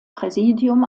präsidium